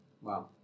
Wow